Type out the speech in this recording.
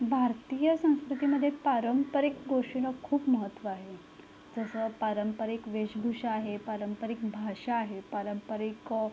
भारतीय संस्कृतीमध्ये पारंपरिक गोष्टींना खूप महत्त्व आहे जसं पारंपरिक वेशभूषा आहे पारंपरिक भाषा आहे पारंपरिक